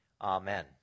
amen